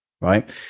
right